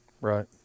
Right